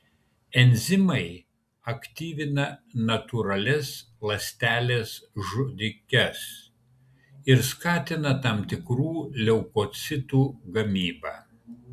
enzimai aktyvina natūralias ląsteles žudikes ir skatina tam tikrų leukocitų gamybą